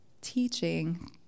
teaching